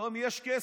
פתאום יש כסף.